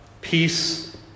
peace